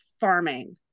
farming